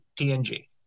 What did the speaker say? TNG